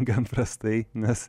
gan prastai nes